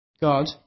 God